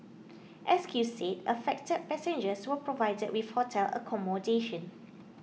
S Q said affected passengers were provided with hotel accommodation